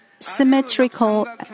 Symmetrical